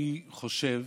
אני חושב